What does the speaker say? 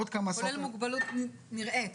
כולל מוגבלות נראית.